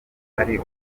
ari